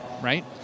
right